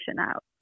out